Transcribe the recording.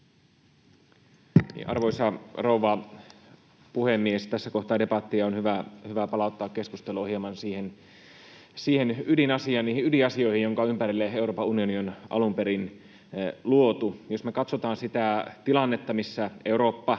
Arvoisa rouva puhemies! Tässä kohtaa debattia on hyvä palauttaa keskustelua hieman niihin ydinasioihin, joiden ympärille Euroopan unioni on alun perin luotu. Jos me katsotaan sitä tilannetta, missä Eurooppa